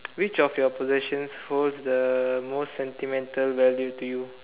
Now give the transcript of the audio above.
which of your possessions holds the most sentimental value to you